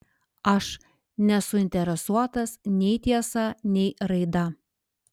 aš nesuinteresuotas nei tiesa nei raida